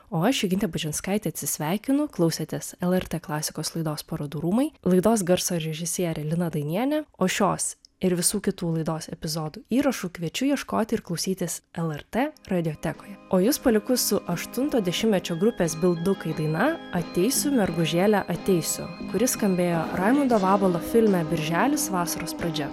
o aš jogintė bučinskaitė atsisveikinu klausėtės lrt klasikos laidos parodų rūmai laidos garso režisierė lina dainienė o šios ir visų kitų laidos epizodų įrašų kviečiu ieškoti ir klausytis lrt radiotekoje o jus palieku su aštunto dešimtmečio grupės bildukai daina ateisiu mergužėle ateisiu kuri skambėjo raimundo vabalo filme birželis vasaros pradžia